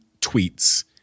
tweets